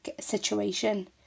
situation